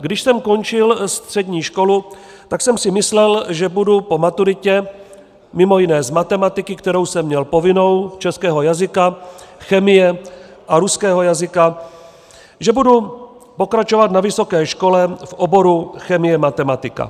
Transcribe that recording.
Když jsem končil střední školu, tak jsem si myslel, že budu po maturitě mimo jiné z matematiky, kterou jsem měl povinnou, z českého jazyka, chemie a ruského jazyka pokračovat na vysoké škole v oboru chemie, matematika.